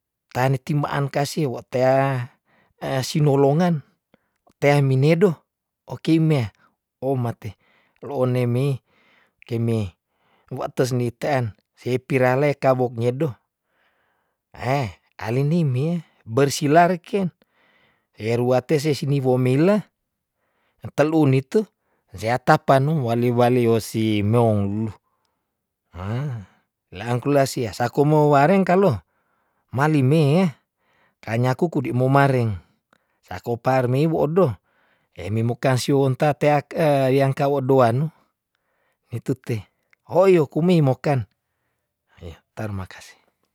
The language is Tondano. Tani timaan kasi wot tea sino longan tea minedo oki mea omate lo oneme keme wa tes ni tean sie pirale kabok ngedo, alini mea bersila reken he ruate sesini wo meila natelu nite sea tapanu wali wali yosi meong wuh "hah" langkula sia sakumou wareng kalo mali me ka nyaku kude mo mareng sako parmew odoh eme mokang siwon ta teak yang kawo doan, mitute, hoio kumei mokan, io tarmakase.